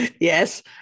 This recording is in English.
Yes